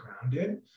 grounded